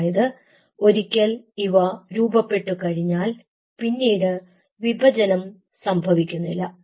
അതായത് ഒരിക്കൽ ഇവ രൂപപ്പെട്ടു കഴിഞ്ഞാൽ പിന്നീട് വിഭജനം സംഭവിക്കുന്നില്ല